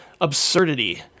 absurdity